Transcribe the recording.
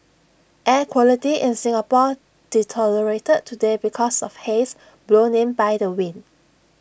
air quality in Singapore deteriorated today because of haze blown in by the wind